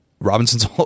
Robinson's